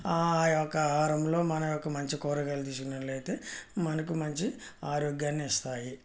ఆయొక్క ఆహారంలో మన యొక్క మంచి కూరగాయలు తీసుకున్నట్లయితే మనకు మంచి ఆరోగ్యాన్ని ఇస్తాయి